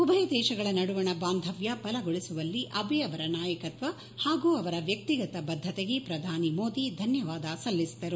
ಉಭಯ ದೇಶಗಳ ನಡುವಣ ಬಾಂಧವ್ಯ ಬಲಗೊಳಿಸುವಲ್ಲಿ ಅಬೆ ಅವರ ನಾಯಕತ್ಸ ಹಾಗೂ ಅವರ ವ್ಯಕ್ತಿಗತ ಬದ್ದತೆಗೆ ಪ್ರಧಾನಿ ಮೋದಿ ಧನ್ಯವಾದ ಸಲ್ಲಿಸಿದರು